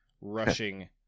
rushing